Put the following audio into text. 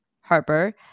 Harper